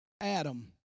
Adam